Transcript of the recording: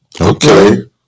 Okay